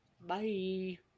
Bye